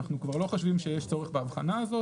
אנחנו כבר לא חושבים שיש צורך בהבחנה הזאת